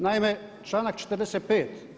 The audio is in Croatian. Naime, članak 45.